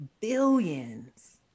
billions